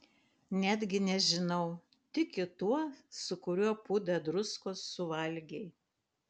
netgi nežinau tiki tuo su kuriuo pūdą druskos suvalgei